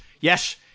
Yes